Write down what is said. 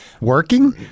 Working